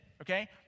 Okay